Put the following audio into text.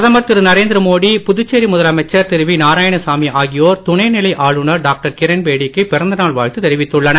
பிரதமர் திரு நரேந்திர மோடி புதுச்சேரி முதலமைச்சர் திரு நாராயணசாமி ஆகியோர் துணை நிலை ஆளுநர் டாக்டர் கிரண் பேடிக்கு பிறந்த நாள் வாழ்த்து தெரிவித்துள்ளனர்